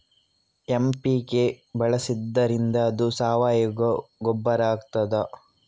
MPK ಬಳಸಿದ್ದರಿಂದ ಅದು ಸಾವಯವ ಗೊಬ್ಬರ ಆಗ್ತದ?